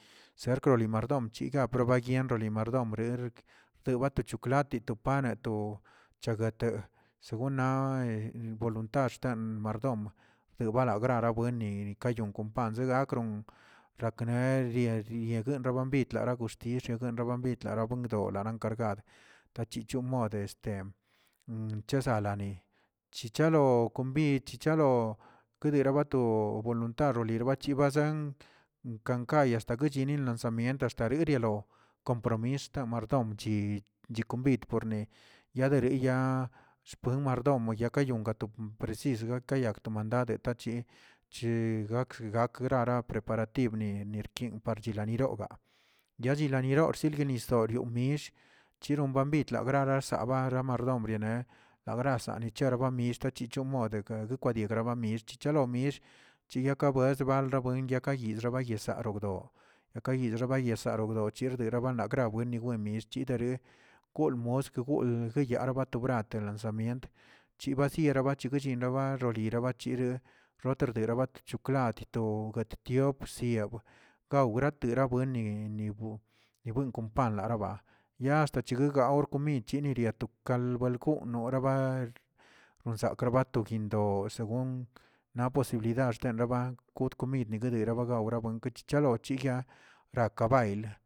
Sekroli mardom ya parmi rondoli mardom rerk tewate chiklat to pane to chaguete según naa voluntad xkan domə debuala grarabuen yeni kon panzeꞌn rakron rakneli yegri rabuen klara joxtish rembara bit knaraw nwindo knaran nkargad tachichon modə chesazani chichalo konbid chichalo kedilabato voluntad lirobay zibazen kankay hasta samient hasta chiri kompromis rda mardom chi kombid porni yadere ya shpuen mardom yakaya kato presis yakayag mandade tachi che gakə gajeraraꞌ preparatibni nirkin parchinali rogaa yazi ninilorzi nisorio mniet chiron bambid lagrar rsabra la marodm viene agrasani rcherba yista chichon mod lekwadre yekwani mied chichalo mish chiya kwes ba ya buen yekayizrba yesaro gdo yekayisga yekadro wcherdana badegraw ni wen mill nichedere kool mosk guol ye arobratera lansemient chirachira bashi yinrola bachiri retereaba ba choklat atito yatitiops yawə gawratera buenni ni buen kon palarabuen ya hasta cheguegaor micheniarato kald gon noraba xensakaba togyin to según naꞌ posibilidad xtanabran kut komid reneguebara rebuen chichelachi ra kabaylə.